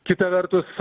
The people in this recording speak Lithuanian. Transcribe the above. kita vertus